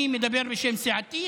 אני מדבר בשם סיעתי,